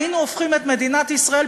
היינו הופכים את מדינת ישראל,